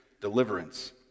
deliverance